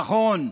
נכון,